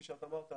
כפי שאתה אמרת,